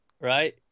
right